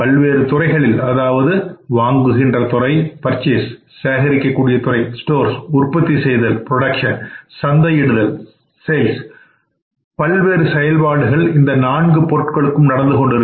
பல்வேறு துறைகளில் வாங்குதல் சேகரித்தில் உற்பத்தி செய்தல் சந்தையிடுதல் பல்வேறு செயல்பாடுகள் இந்த நான்கு பொருட்களுக்கும் நடந்துகொண்டிருக்கும்